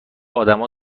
ادما